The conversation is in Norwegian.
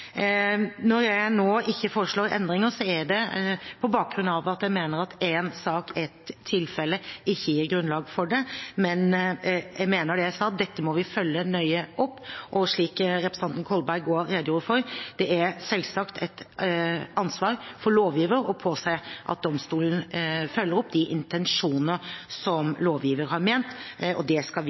Når jeg nå ikke foreslår endringer, er det på bakgrunn av at jeg mener at én sak, ett tilfelle, ikke gir grunnlag for det. Men jeg mener det jeg sa, dette må vi følge nøye opp. Slik representanten Kolberg også redegjorde for, er det selvsagt et ansvar for lovgiver å påse at domstolen følger opp de intensjoner som lovgiver har hatt, og det skal vi